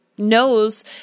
knows